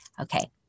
Okay